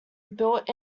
built